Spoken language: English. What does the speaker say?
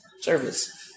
service